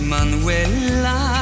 Manuela